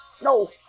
No